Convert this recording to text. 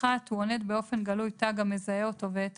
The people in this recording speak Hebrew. (1) הוא עונד באופן גלוי תג המזהה אותו ואת תפקידו,